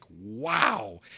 wow